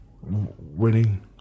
Winning